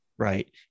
Right